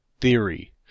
theory